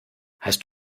heißt